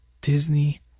Disney